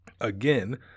again